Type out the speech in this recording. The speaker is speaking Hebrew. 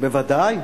בוודאי.